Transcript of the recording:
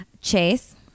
Chase